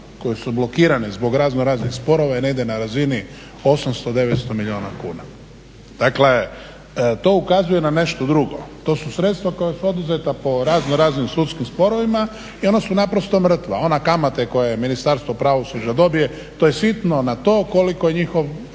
koji su blokirani zbog razno raznih sporova i negdje na razini 800, 900 milijuna kuna. Dakle, to ukazuje na nešto drugo. To su sredstva koja su oduzeta po razno raznim sudskim sporovima i ona su naprosto mrtva. Ona kamata koje Ministarstvo pravosuđa dobije to je sitno na to koliko je njihov